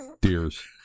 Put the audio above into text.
Deer's